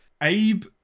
Abe